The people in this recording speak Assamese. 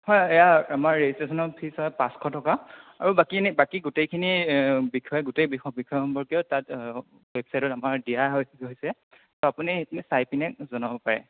হয় এইয়া আমাৰ ৰেজিষ্ট্ৰেশ্যনৰ ফিজ হ'ল পাঁচশ টকা আৰু বাকী এনে বাকী গোটেইখিনি বিষয়ে গোটেই বিষয় সম্পৰ্কে তাত ৱেবচাইটত আমাৰ দিয়া হৈ হৈছে চ' আপুনি সেইখিনি চাই পিনে জনাব পাৰে